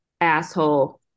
asshole